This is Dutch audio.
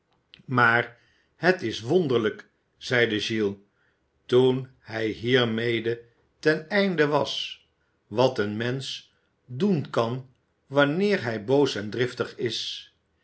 maar het is wonderlijk zeide giles toen hij hiermede ten einde was wat een mensch doen kan wanneer hij boos en driftig is